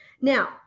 Now